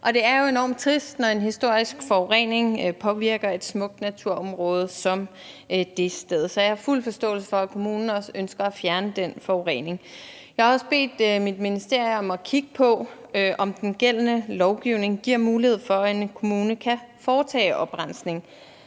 det er jo enormt trist, når en historisk forurening påvirker et smukt naturområde som dét sted. Så jeg har fuld forståelse for, at kommunen ønsker at fjerne den forurening. Jeg har også bedt mit ministerium om at kigge på, om den gældende lovgivning giver mulighed for, at en kommune kan foretage oprensning.